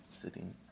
sitting